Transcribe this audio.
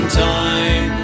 time